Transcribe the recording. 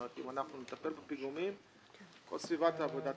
אם אנחנו נטפל בנושא הפיגומים אזי כל סביבת העבודה תשתנה.